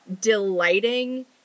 delighting